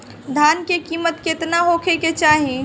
धान के किमत केतना होखे चाही?